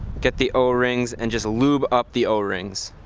get the o-rings, and just lube up the o-rings.